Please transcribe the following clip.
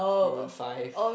Maroon-Five